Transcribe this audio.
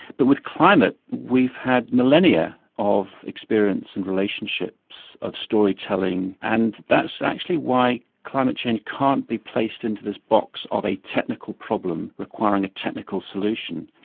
but with climate we've had millennia of experience and relationships of storytelling and that's actually why climate change can't be placed into this box of a technical problem requiring a technical solution.